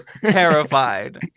terrified